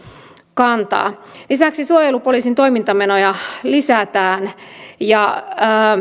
kantaa lisäksi suojelupoliisin toimintamenoja lisätään ja